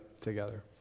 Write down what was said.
together